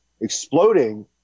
exploding